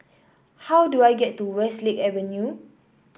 how do I get to Westlake Avenue